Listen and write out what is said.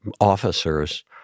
officers—